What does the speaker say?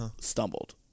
stumbled